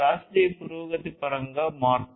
శాస్త్రీయ పురోగతి పరంగా మార్పు